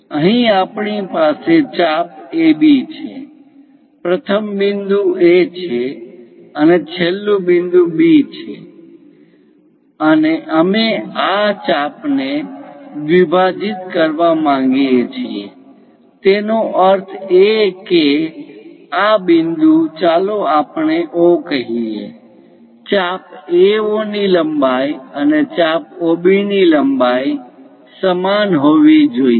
અહીં આપણી પાસે ચાપ A થી B છે પ્રથમ બિંદુ A છે અને છેલ્લુ બિંદુ B છે અને અમે આ ચાપ ને દ્વિભાજિત કરવા માંગીએ છીએ તેનો અર્થ એ કે આ બિંદુ ચાલો આપણે O કહીએ ચાપ AO ની લંબાઈ અને ચાપ OB ની લંબાઈ સમાન હોવી જોઈએ